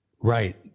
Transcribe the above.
Right